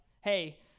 hey